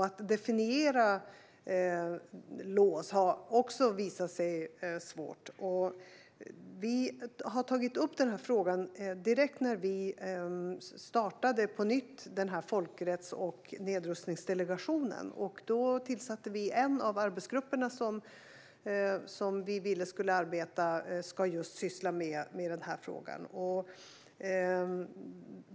Att definiera LAWS har också visat sig svårt. Vi tog upp denna fråga direkt när vi på nytt startade Folkrätts och nedrustningsdelegationen. Då tillsatte vi en av arbetsgrupperna, som ska syssla just med denna fråga.